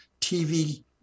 TV